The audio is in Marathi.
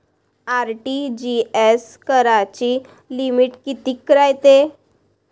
आर.टी.जी.एस कराची लिमिट कितीक रायते?